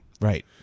Right